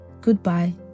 Goodbye